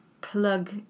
plug